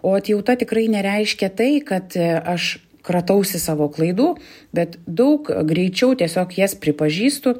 o atjauta tikrai nereiškia tai kad aš kratausi savo klaidų bet daug greičiau tiesiog jas pripažįstu